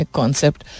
concept